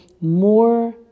more